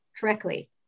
correctly